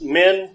men